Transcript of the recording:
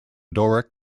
doric